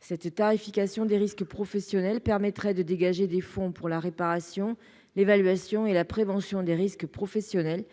Cette tarification des risques professionnels permettrait de dégager des fonds pour la réparation, l'évaluation et la prévention des risques professionnels,